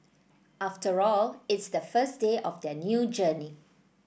after all it's the first day of their new journey